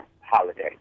holiday